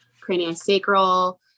craniosacral